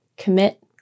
Commit